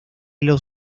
los